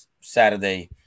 Saturday